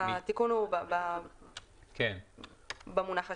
התיקון הוא במונח השני.